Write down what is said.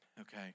okay